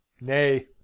Nay